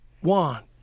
one